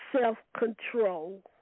self-control